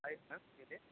ಆಯ್ತು ಮ್ಯಾಮ್ ಹೇಳಿ